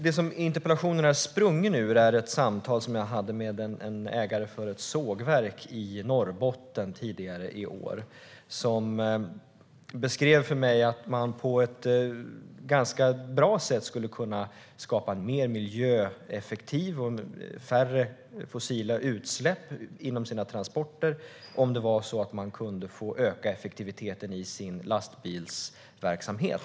Det som interpellationen är sprungen ur är ett samtal som jag hade tidigare i år med en ägare av ett sågverk i Norrbotten som beskrev för mig att man på ett ganska bra sätt skulle kunna skapa mer miljöeffektivitet och färre fossila utsläpp vid sina transporter om man fick öka effektiviteten i sin lastbilsverksamhet.